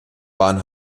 waren